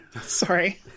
Sorry